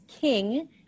king